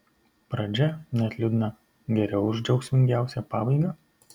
pradžia net liūdna geriau už džiaugsmingiausią pabaigą